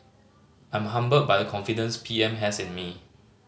I'm humbled by the confidence P M has in me